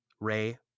Ray